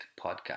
Podcast